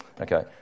Okay